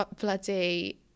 Bloody